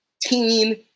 teen